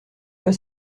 pas